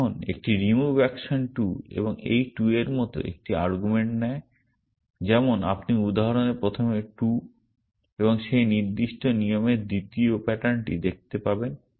এখন একটি remove action 2 এবং এই 2 এর মত একটি আর্গুমেন্ট নেয় যেমন আপনি উদাহরণে প্রথমে 2 সেই নির্দিষ্ট নিয়মের দ্বিতীয় প্যাটার্নটি দেখতে পাবেন